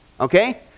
Okay